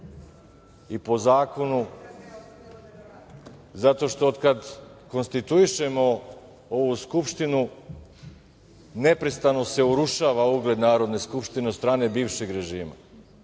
i po zakonu, zato što otkad konstituišemo ovu Skupštinu neprestano se urušava ugled Narodne skupštine od strane bivšeg režima. Jedan